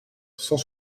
cent